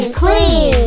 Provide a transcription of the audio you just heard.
clean